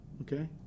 Okay